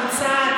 מוצא,